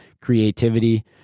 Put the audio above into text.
creativity